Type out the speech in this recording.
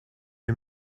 you